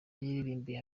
yaririmbiye